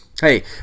Hey